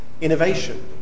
innovation